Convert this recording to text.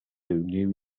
new